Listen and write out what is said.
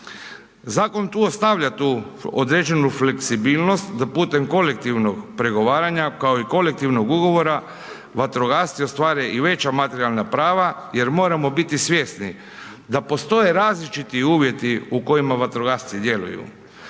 Zakon tu ostavlja tu određenu fleksibilnost da putem kolektivnog pregovaranja kao i kolektivnog ugovora vatrogasci ostvare i veća materijalna prava jer moramo biti svjesni da postoje različiti uvjeti u kojima vatrogasci djeluju.